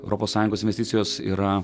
europos sąjungos investicijos yra